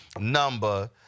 number